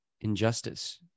injustice